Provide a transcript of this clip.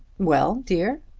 well, dear!